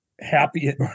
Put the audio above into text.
happy